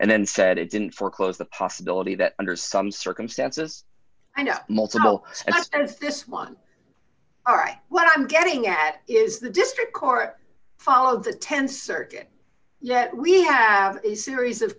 and then said it didn't foreclose the possibility that under some circumstances and multiple justice this one all right what i'm getting at is the district court followed the th circuit yet we have a series of